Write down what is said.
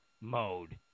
mode